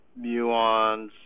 muons